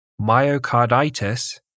myocarditis